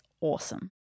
awesome